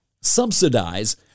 subsidize